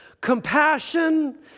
compassion